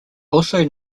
also